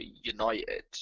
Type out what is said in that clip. United